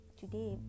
today